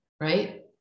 right